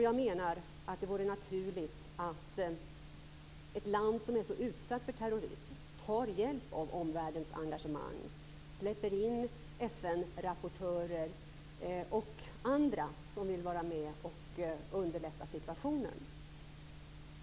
Jag menar att det vore naturligt att ett land som är så utsatt för terrorism skall ta hjälp av omvärldens engagemang och släppa in FN-rapportörer och andra som vill vara med om att underlätta hanteringen av situationen.